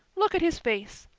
look at his face.